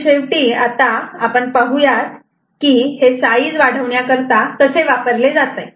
आणि शेवटी आपण पाहूयात की हे साईज वाढवण्याकरता कसे वापरले जाते